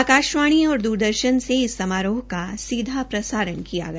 आकाशवाणी औश्र दूरदर्शन से इस समारोह का सीधा प्रसारण किया गया